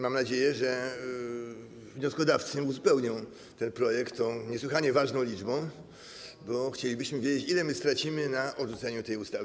Mam nadzieję, że wnioskodawcy uzupełnią ten projekt tą niesłychanie ważną liczbą, bo chcielibyśmy wiedzieć, ile stracimy na odrzuceniu tej ustawy.